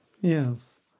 Yes